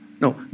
no